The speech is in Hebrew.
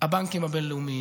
לא לא לא,